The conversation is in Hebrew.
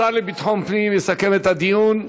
השר לביטחון פנים יסכם את הדיון.